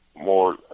more